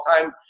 time